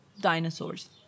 dinosaurs